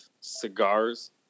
cigars